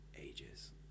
ages